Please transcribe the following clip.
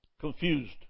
confused